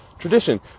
tradition